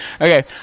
Okay